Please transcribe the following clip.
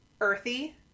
earthy